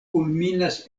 kulminas